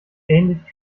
ähnliche